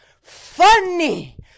funny